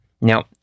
Now